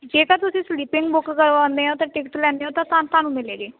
ਜੇਕਰ ਤੁਸੀਂ sleeping book ਕਰਵਾਉਂਦੇ ਹੋੋੋੋੋੋੋੋੋੋੋੋੋੋੋੋੋੋੋ ਤਾਂ ਟਿਕਟ ਲੈਂਦੇ ਹੋ ਅਤੇ ਤਾਂ ਤੁਹਾਨੂੰ ਮਿਲੇਗੀ